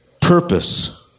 purpose